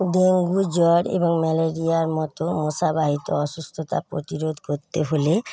dengue জ্বর এবং ম্যালেরিয়ার মত মশাবাহিত অসুস্থতা প্রতিরোধ করতে হলে